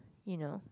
you know